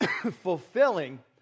fulfilling